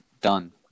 done